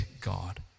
God